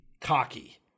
cocky